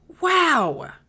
Wow